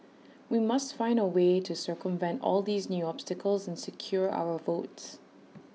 we must find A way to circumvent all these new obstacles and secure our votes